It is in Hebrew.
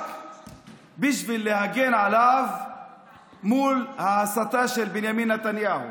בשביל להגן עליו מול ההסתה של בנימין נתניהו.